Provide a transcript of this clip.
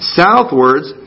southwards